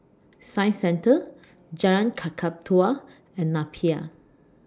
Science Centre Jalan Kakatua and Napier